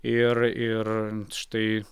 ir ir štai